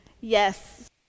yes